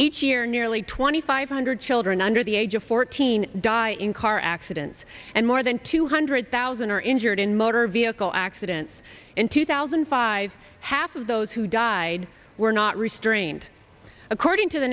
each year nearly twenty five hundred children under the age of fourteen die in car accidents and more than two hundred thousand are injured in motor vehicle accidents in two thousand and five half of those who died were not restrained according to the